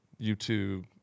YouTube